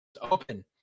open